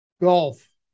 golf